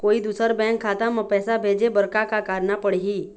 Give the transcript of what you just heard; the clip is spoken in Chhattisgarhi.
कोई दूसर बैंक खाता म पैसा भेजे बर का का करना पड़ही?